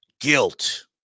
Guilt